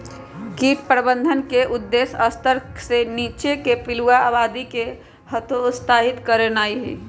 कीट प्रबंधन के उद्देश्य स्तर से नीच्चाके पिलुआके आबादी के हतोत्साहित करनाइ हइ